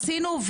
עשינו,